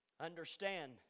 Understand